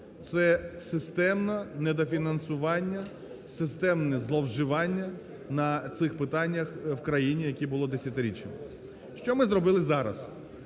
це системне недофінансування, системне зловживання на цих питаннях в країні, які були десятиріччями. Що ми зробили зараз?